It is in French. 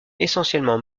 essentiellement